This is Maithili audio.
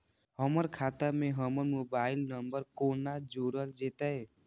हमर खाता मे हमर मोबाइल नम्बर कोना जोरल जेतै?